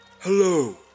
Hello